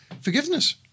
forgiveness